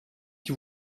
qui